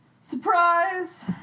Surprise